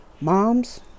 moms